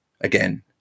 again